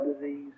disease